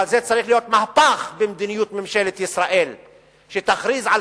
אבל צריך להיות מהפך במדיניות ממשלת ישראל שתכריז על